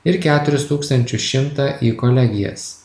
ir keturis tūkstančius šimtą į kolegijas